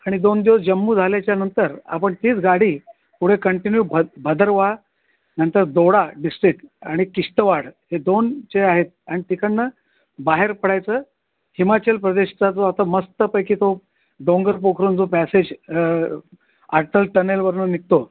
आणि दोन दिवस जम्मू झाल्याच्यानंतर आपण तीच गाडी पुढे कंटिन्यू भ भदरवा नंतर दोडा डिस्ट्रिक आणि किश्तवाड हे दोन जे आहेत आणि तिकडून बाहेर पडायचं हिमाचल प्रदेशचा जो आता मस्तपैकी तो डोंगर पोखरून जो पॅसेज अटल टनेलवरून निघतो